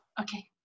Okay